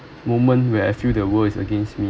moment where I feel the world is against me